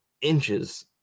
inches